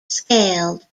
scaled